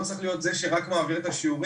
הוא לא צריך להיות זה שרק מעביר את השיעורים,